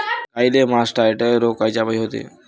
गाईले मासटायटय रोग कायच्यापाई होते?